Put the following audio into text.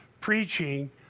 preaching